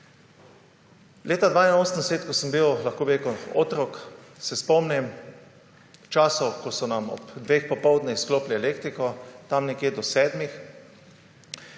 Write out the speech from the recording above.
Leta 1982, ko sem bil otrok, se spomnimčasov, ko so nam ob dveh popoldne izklopili elektriko tam nekje do sedmih.